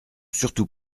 surtout